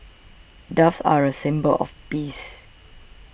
doves are a symbol of peace